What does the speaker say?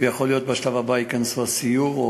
ויכול להיות שבשלב הבא ייכנס הסיור,